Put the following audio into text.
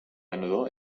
menudo